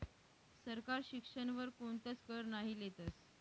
सरकार शिक्षण वर कोणताच कर नही लेतस